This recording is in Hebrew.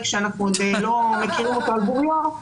שאנחנו עוד לא מכירים אותו על בוריו,